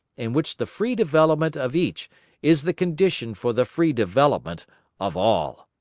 in which the free development of each is the condition for the free development of all.